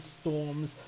storms